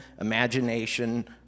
imagination